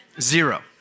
Zero